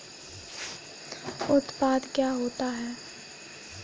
उत्पाद क्या होता है?